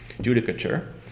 Judicature